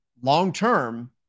long-term